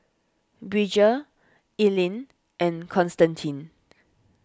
Bridger Ellyn and Constantine